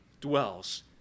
dwells